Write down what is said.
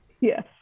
Yes